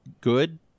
good